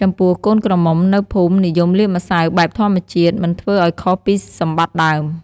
ចំពោះកូនក្រមុំនៅភូមិនិយមលាបម្សៅបែបធម្មជាតិ មិនធ្វើឲ្យខុសពីសម្បត្តិដើម។